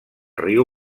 riu